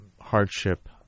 hardship